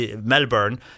Melbourne